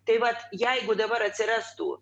tai vat jeigu dabar atsirastų